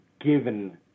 given